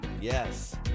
Yes